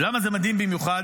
למה זה מדהים במיוחד?